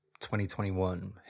2021